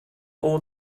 all